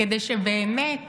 כדי שבאמת